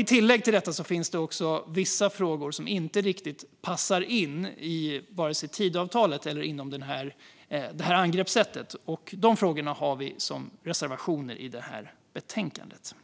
I tillägg till detta finns även vissa frågor som inte riktigt passar in i vare sig Tidöavtalet eller det här angreppssättet, och de frågorna har vi sverigedemokrater som reservationer i betänkandet.